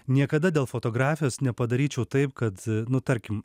niekada dėl fotografijos nepadaryčiau taip kad nu tarkim